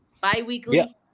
Bi-weekly